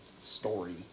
story